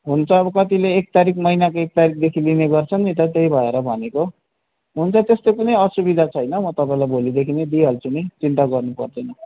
हुनु त अब कतिले एक तारिक महिनाको एक तारिकदेखि लिने गर्छन् नि त त्यही भएर भनेको हुन्छ त्यस्तो कुनै असुविधा छैन म तपाईँलाई भोलिदेखि नै दिइहाल्छु नि चिन्ता गर्नु पर्दैन